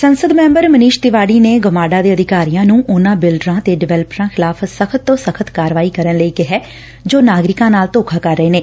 ਸੰਸਦ ਸੈਂਬਰ ਮਨੀਸ਼ ਤਿਵਾਤੀ ਨੇ ਗਮਾਡਾ ਦੇ ਅਧਿਕਾਰੀਆਂ ਨੂੰ ਉਨੂਾ ਬਿਲਡਰਾ ਤੇ ਡਿਵੈਲਪਰਾਂ ਖਿਲਾਫ਼ ਸਖ਼ਤ ਤੋਂ ਸਖ਼ਤ ਕਾਰਵਾਈ ਕਰਨ ਲਈ ਕਿਹਾ ਜੋ ਨਾਗਰਿਕਾਂ ਨਾਲ ਧੋਖਾ ਕਰ ਰਹੇ ਨੇ